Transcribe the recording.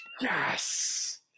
Yes